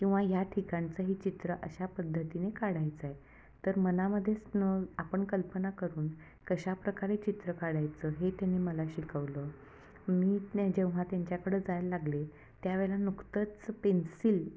किंवा ह्या ठिकाणचं हे चित्र अशा पद्धतीने काढायचं आहे तर मनामध्येच नं आपण कल्पना करून कशा प्रकारे चित्र काढायचं हे त्यांनी मला शिकवलं मी त्यां जेव्हा त्यांच्याकडं जायला लागले त्यावेळेला नुकतंच पेन्सिल